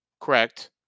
Correct